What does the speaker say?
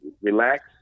relax